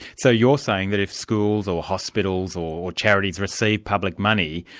so you're saying that if schools or hospitals or charities receive public money,